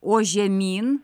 o žemyn